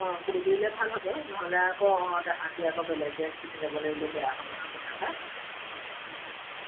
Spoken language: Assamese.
অ কৈ দিলে ভাল হ'ব নহ'লে আকৌ অ তাহাঁতি আকৌ বেলেগ ড্ৰেচ পিন্ধি যাব লাগিলে বেয়া হ'ব নহয় কথাষাৰ ও ও ও ও